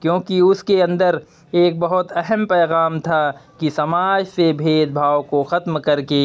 کیوں کہ اس کے اندر ایک بہت اہم پیغام تھا کہ سماج سے بھید بھاؤ کو ختم کر کے